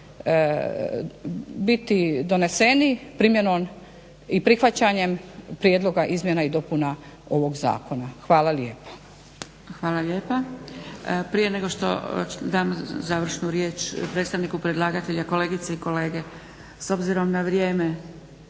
biti doneseni primjenom i prihvaćanjem prijedloga izmjena i dopuna ovog zakona. Hvala lijepa. **Zgrebec, Dragica (SDP)** Hvala lijepa. Prije nego što dam završnu riječ predstavniku predlagatelja, kolegice i kolege s obzirom na vrijeme